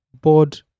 board